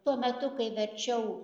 tuo metu kai verčiau